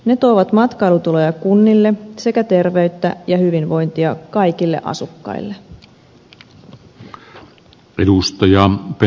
ne tuovat matkailutuloja kunnille sekä terveyttä ja hyvinvointia kaikille asukkaille